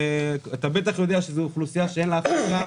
אתה בטח יודע שזו אוכלוסייה שאין לה הכנסה,